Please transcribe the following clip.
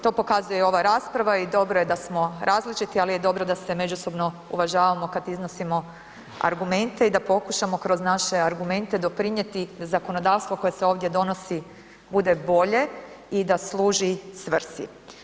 To pokazuje i ova rasprava i dobro je da smo različiti, ali je dobro da se međusobno uvažavamo kad iznosimo argumente i da pokušamo kroz naše argumente doprinjeti zakonodavstvo koje se ovdje donosi bude bolje i da služi svrsi.